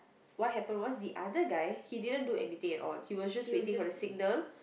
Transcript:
what happen was the other guy he didn't do anything at all he was just waiting for the signal